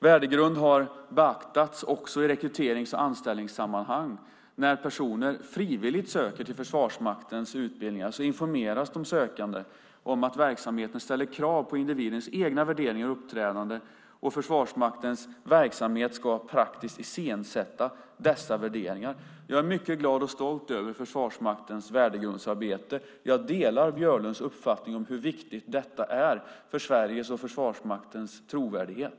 Värdegrund har beaktats också i rekryterings och anställningssammanhang. När personer frivilligt söker till Försvarsmaktens utbildningar informeras de sökande om att verksamheten ställer krav på individens egna värderingar och uppträdande, och Försvarsmaktens verksamhet ska praktiskt iscensätta dessa värderingar. Jag är mycket glad och stolt över Försvarsmaktens värdegrundsarbete. Jag delar Björlunds uppfattning om hur viktigt detta är för Sveriges och Försvarsmaktens trovärdighet.